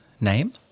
name